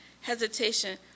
hesitation